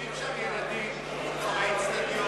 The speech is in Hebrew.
יושבים שם ילדים באיצטדיון,